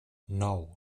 nou